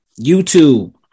YouTube